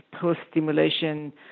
post-stimulation